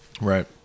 Right